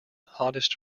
hottest